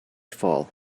fall